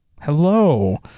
Hello